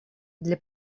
для